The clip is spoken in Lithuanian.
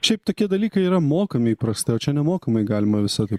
šiaip tokie dalykai yra mokami įprastai o čia nemokamai galima visokių